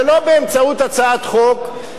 שלא באמצעות הצעת חוק,